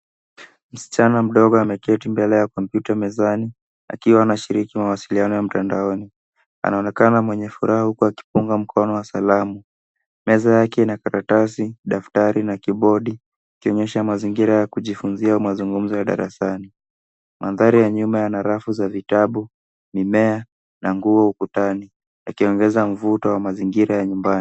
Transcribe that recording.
Msichana mdogo ameketi mbele ya kompyuta akiwa anashiriki mawasiliano ya mtandaoni. Anaonekana mwenye furaha huku akipunga mkono wa salamu. Meza yake ina karatasi, daftari na kibodi akionyesha mazingira ya kujifunzia mazungumzo ya darasani. Mandhari ya nyuma yana rafu za vitabu, mimea na nguo ukutani yakionyesha mvuto wa mazingira ya nyumbani.